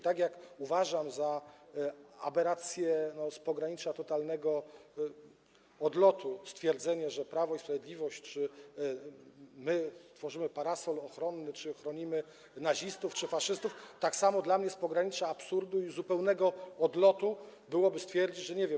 Tak jak uważam za aberrację z pogranicza totalnego odlotu stwierdzenie, że Prawo i Sprawiedliwość, że my tworzymy parasol ochronny czy chronimy nazistów czy faszystów, tak samo z pogranicza absurdu i zupełnego odlotu byłoby dla mnie stwierdzenie, że nie wiem.